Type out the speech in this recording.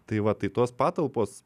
tai va tai tos patalpos